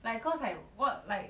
like cause like what like